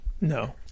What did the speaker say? No